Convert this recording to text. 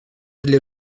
для